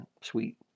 sweet